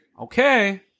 okay